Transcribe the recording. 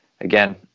again